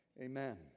Amen